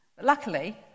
Luckily